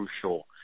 crucial